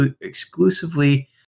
exclusively